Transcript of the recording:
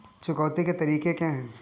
चुकौती के तरीके क्या हैं?